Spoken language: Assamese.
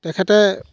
তেখেতে